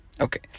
Okay